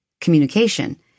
communication